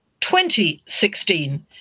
2016